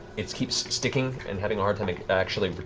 it keeps sticking and having a hard time actually